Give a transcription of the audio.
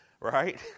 right